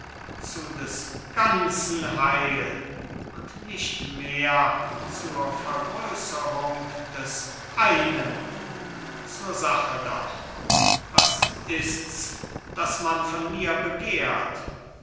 zu des ganzen heil und nicht mehr zur vergrößerung des einen zur sache doch was ists das man von mir begehrt